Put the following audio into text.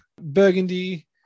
burgundy